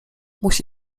musi